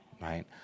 right